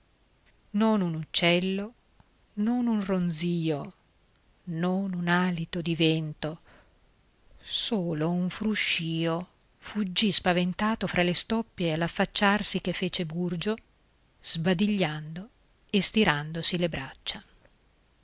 non un uccello non un ronzìo non un alito di vento solo un fruscìo fuggì spaventato fra le stoppie all'affacciarsi che fece burgio sbadigliando e stirandosi le braccia